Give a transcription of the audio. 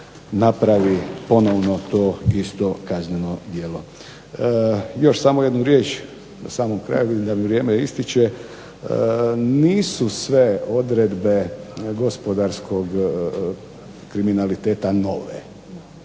napravi ponovno to isto kazneno djelo. Još samo jednu riječ na samom kraju, vidim da mi vrijeme ističe, nisu sve odredbe gospodarskog kriminaliteta nove,